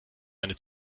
eine